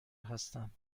هستم